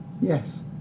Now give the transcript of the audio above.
Yes